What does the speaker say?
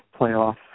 playoff